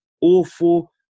awful